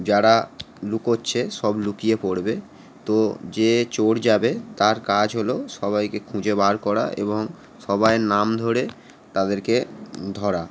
যারা লুকোচ্ছে সব লুকিয়ে পড়বে তো যে চোর যাবে তার কাজ হলো সবাইকে খুঁজে বার করা এবং সবাইয়ের নাম ধরে তাদেরকে ধরা